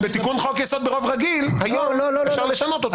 בתיקון חוק-יסוד ברוב רגיל היום אפשר לשנות אותו.